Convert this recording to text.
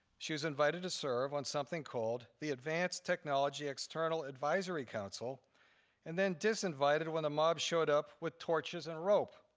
she was invited to serve on something called the advanced technology external advisory council and then disinvited when a mob showed up with torches and rope.